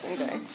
Okay